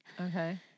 Okay